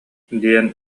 диэн